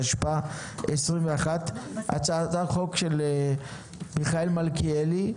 התשפ"א 2021". מדובר בהצעת החוק של מיכאל מלכיאלי.